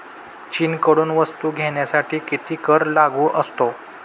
चीनकडून वस्तू घेण्यासाठी किती कर लागू असतो?